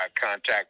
contact